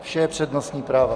Vše přednostní práva.